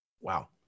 Wow